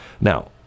Now